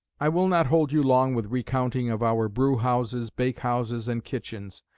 i will not hold you long with recounting of our brewhouses, bake-houses, and kitchens,